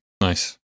nice